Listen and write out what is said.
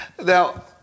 Now